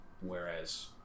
Whereas